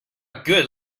good